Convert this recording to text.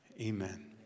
Amen